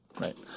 Right